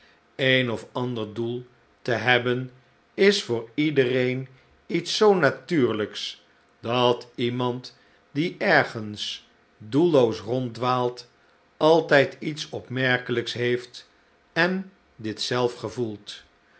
een of ander doel te hebben is voor iedereen iets zoo natuurlijks dat iemand die ergens doelloos ronddwaalt altijd iets opmerkelijks heeft en dit zelf gevoelt